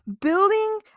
Building